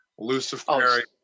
Lucifer